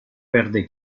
verde